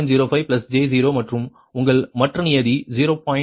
05 j 0 மற்றும் உங்கள் மற்ற நியதி 0